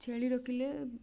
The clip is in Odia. ଛେଳି ରଖିଲେ